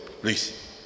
please